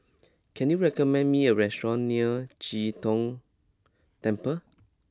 can you recommend me a restaurant near Chee Tong Temple